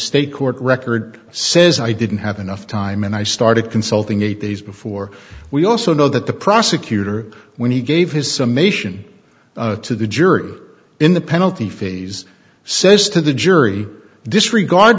state court record says i didn't have enough time and i started consulting eight days before we also know that the prosecutor when he gave his some mation to the jury in the penalty phase says to the jury disregard